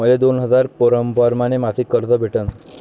मले दोन हजार परमाने मासिक कर्ज कस भेटन?